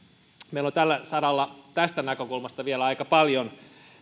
meillä on tällä saralla tästä näkökulmasta vielä aika paljon